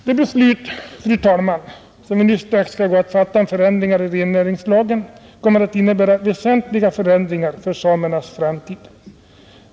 Det beslut om ändringar i rennäringslagen som vi strax skall fatta kommer att innebära väsentliga förändringar för samernas framtid.